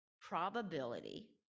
probability